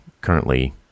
currently –